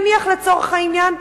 נניח לצורך העניין.